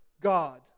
God